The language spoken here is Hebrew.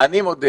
אני מודה